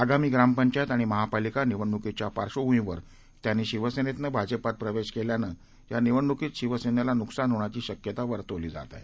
आगामीप्रामपंचायतआणिमहापालिकानिवडणुकीच्यापार्श्वभूमीवरत्यांनीशिवसेनेतनंभाजपातप्रवेशकेल्यानं यानिवडणूकीतशिवसेनेलानुकसानहोण्याचीशक्यतावर्तवलीजातआहे